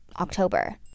October